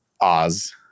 oz